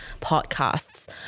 podcasts